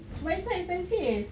but it's so expensive